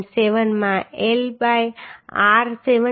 7 માં L by r 74